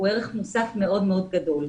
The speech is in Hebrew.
הוא ערך מוסף מאוד מאוד גדול.